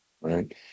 right